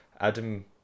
Adam